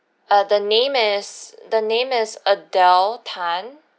uh the name is the name is adele tan